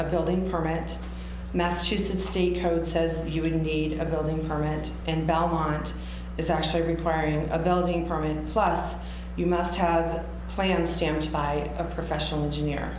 a building permit massachusetts state code says you wouldn't need a building or rent and bal want is actually requiring a building permit plus you must have a plan stamped by a professional engineer